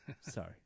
Sorry